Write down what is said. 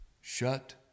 shut